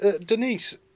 Denise